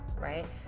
right